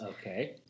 Okay